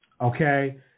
Okay